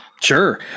Sure